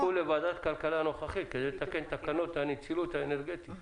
חיכו לוועדת הכלכלה הנוכחית כדי לתקן את תקנות הנצילות האנרגטית.